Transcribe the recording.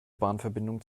bahnverbindung